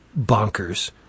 bonkers